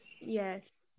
Yes